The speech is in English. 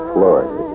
Florida